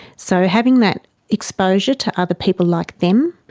so having that exposure to other people like them,